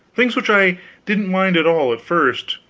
things which i didn't mind at all, at first,